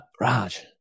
Raj